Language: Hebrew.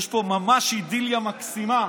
יש פה ממש אידיליה מקסימה.